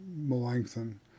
Melanchthon